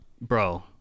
bro